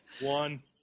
One